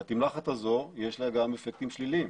התמלחת הזו, יש לה גם אפקטים שליליים.